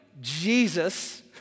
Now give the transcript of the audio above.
Jesus